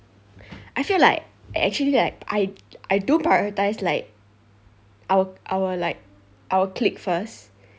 I feel like actually like I I do prioritise like our our like our clique first